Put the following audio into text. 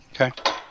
Okay